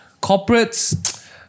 Corporates